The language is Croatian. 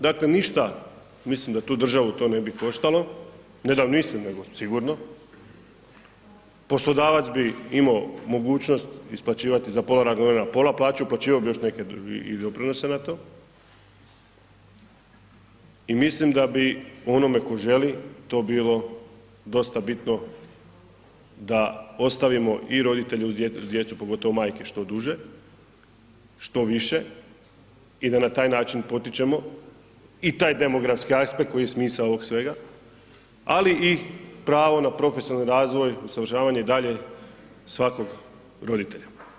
Dakle, ništa mislim da tu državu to ne bi koštalo, ne da mislim nego sigurno, poslodavac bi imao mogućnost isplaćivati za pola radnog vremena pola plaću uplaćivao bi još neke i doprinose na to i mislim da bi onome tko želi to bilo dosta bitno da ostavimo i roditelje uz djecu, pogotovo majke što duže, što više i da na taj način potičemo i taj demografski aspekt koji je smisao ovog svega, ali i pravo na profesionalni razvoj, usavršavanje i dalje svakog roditelja.